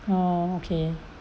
oh okay